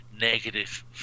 negative